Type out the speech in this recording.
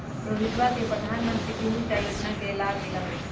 रोहितवा के प्रधानमंत्री कृषि सिंचाई योजना से लाभ मिला हई